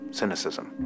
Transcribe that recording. cynicism